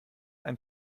ein